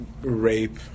rape